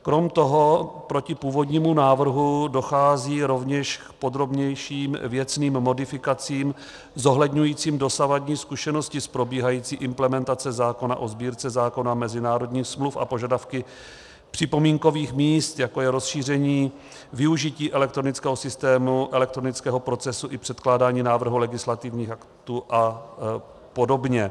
Krom toho proti původnímu návrhu dochází rovněž k podrobnějším věcným modifikacím zohledňujícím dosavadní zkušenosti z probíhající implementace zákona o Sbírce zákonů a mezinárodních smluv a požadavky připomínkových míst, jako je rozšíření využití elektronického systému, elektronického procesu i předkládání návrhů legislativních aktů apod.